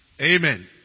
Amen